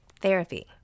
Therapy